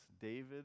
David